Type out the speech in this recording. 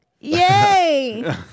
Yay